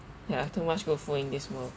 ya too much good food in this world